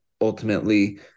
ultimately